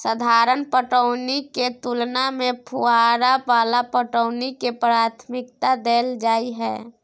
साधारण पटौनी के तुलना में फुहारा वाला पटौनी के प्राथमिकता दैल जाय हय